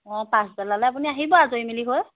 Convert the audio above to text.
অঁ পাঁচবেলালৈ আপুনি আহিব আজৰি মেলি হয়